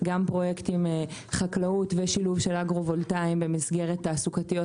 גם פרויקטים של חקלאות ושילוב של אגרו-וולטאים במסגרת תעסוקתיות,